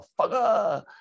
motherfucker